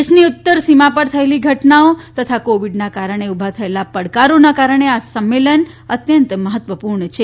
દેશની ઉત્તર સીમાપર થયેલી ઘટનાઓ તથા કોવીડના કારણે ઉભા થયેલા પડકારીના કારણે આ સંમેલન અત્યંત મહત્વપુર્ણ છે